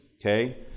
okay